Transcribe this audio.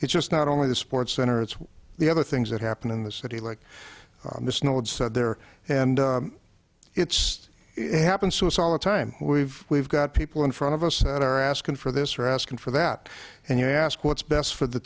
it's just not only the sports center it's the other things that happen in the city like there and it's happened so it's all the time we've we've got people in front of us that are asking for this or asking for that and you ask what's best for the